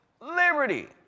liberty